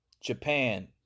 Japan